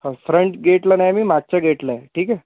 front गेटला नाही आहे मी मागच्या गेटला आहे ठीक आहे